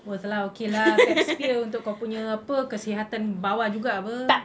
of course lah okay lah pap smear untuk kau punya apa kesihatan bawah juga [pe]